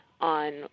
on